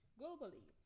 globally